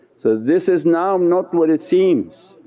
so this is now not what it seems,